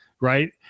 right